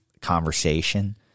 conversation